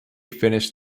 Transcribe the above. finished